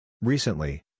Recently